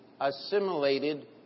assimilated